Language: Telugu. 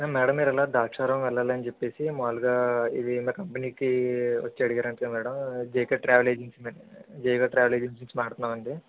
మేడం మీరిలా ద్రాక్షారావం వెళ్ళాలని చెప్పేసి మాములుగా ఇవి ఇంద కంపెనీకి వచ్చి అడిగారంటగా madam JK travel agency JK travel agency నుంచి మాట్లాడుతున్నామండీ